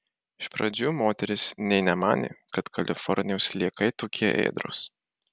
iš pradžių moteris nė nemanė kad kalifornijos sliekai tokie ėdrūs